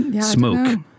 Smoke